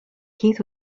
keith